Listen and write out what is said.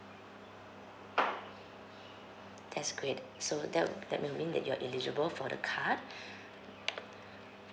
that's great so that would that would mean that you're eligible for the card